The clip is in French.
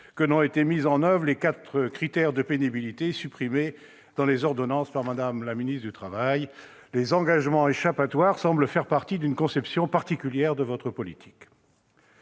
que n'ont été mis en oeuvre les quatre critères de pénibilité supprimés par les ordonnances de Mme la ministre du travail. Les engagements échappatoires semblent faire partie de votre conception particulière de la politique